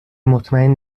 مطمئن